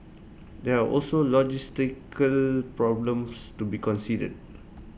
there are also logistical problems to be considered